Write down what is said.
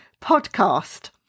podcast